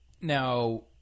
Now